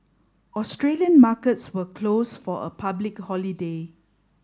Australian markets were closed for a public holiday